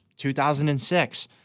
2006